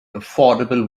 affordable